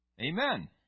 Amen